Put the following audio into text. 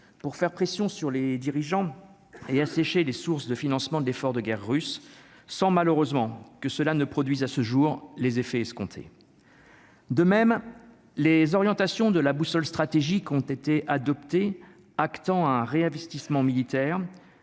pour faire pression sur les dirigeants et assécher les sources de financement de l'effort de guerre russe sont, malheureusement, que cela ne produisent à ce jour, les effets escomptés. De même, les orientations de la boussole stratégique ont été adoptées, actant un réinvestissement militaire